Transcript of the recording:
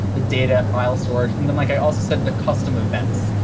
the data file storage, and then like i also said, the custom events.